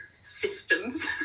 systems